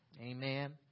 Amen